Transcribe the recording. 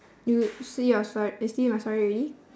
you see your stor~ uh see my story already